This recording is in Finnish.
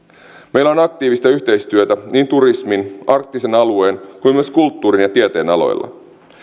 meillä on aktiivista yhteistyötä niin turismin arktisen alueen kuin myös kulttuurin ja tieteen aloilla